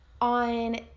On